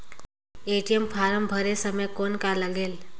ATM form भरे समय कौन का लगेल?